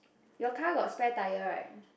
your car got spare tire right